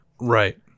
Right